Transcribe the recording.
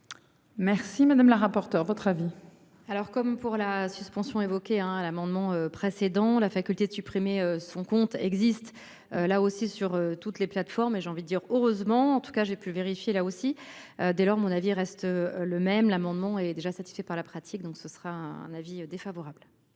Merci madame la rapporteure votre avis. Alors comme pour la suspension évoqué hein à l'amendement précédent la faculté de supprimer son compte existe. Là aussi sur toutes les plateformes et j'ai envie de dire heureusement. En tout cas j'ai pu vérifier là aussi. Dès lors, mon avis reste le même, l'amendement est déjà satisfait par la pratique, donc ce sera un avis défavorable.